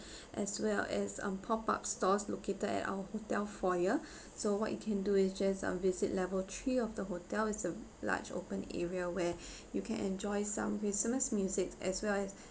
as well as um pop up stores located at our hotel foyer so what you can do is just uh visit level three of the hotel is a large open area where you can enjoy some christmas music as well as